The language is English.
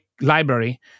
library